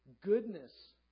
goodness